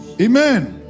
Amen